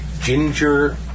Ginger